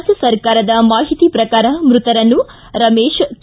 ರಾಜ್ಯ ಸರ್ಕಾರದ ಮಾಹಿತಿ ಪ್ರಕಾರ ಮೃತರನ್ನು ರಮೇಶ ಕೆ